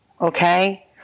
okay